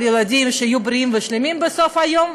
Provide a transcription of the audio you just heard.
הילדים שיהיו בריאים ושלמים בסוף היום,